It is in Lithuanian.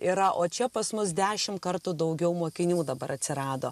yra o čia pas mus dešim kartų daugiau mokinių dabar atsirado